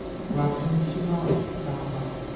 gradually she marked its outline.